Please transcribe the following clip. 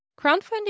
crowdfunding